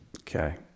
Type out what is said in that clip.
Okay